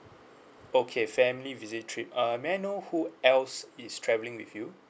okay family visit trip uh may I know who else is travelling with you